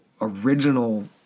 original